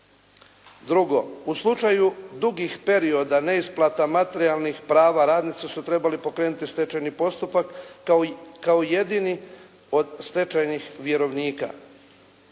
Drugo, u slučaju dugih perioda neisplata materijalnih prava radnici su trebali pokrenuti stečajni postupak kao jedini od stečajnih vjerovnika.